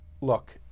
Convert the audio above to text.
look